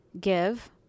Give